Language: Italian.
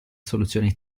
soluzioni